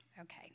Okay